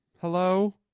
Hello